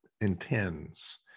intends